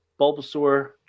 Bulbasaur